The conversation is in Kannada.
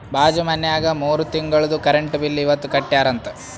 ಬಾಜು ಮನ್ಯಾಗ ಮೂರ ತಿಂಗುಳ್ದು ಕರೆಂಟ್ ಬಿಲ್ ಇವತ್ ಕಟ್ಯಾರ ಅಂತ್